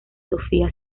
sofía